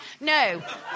no